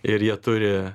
ir jie turi